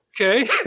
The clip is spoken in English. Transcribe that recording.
Okay